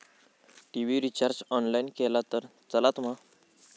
TV recharge online केला तरी चलात मा?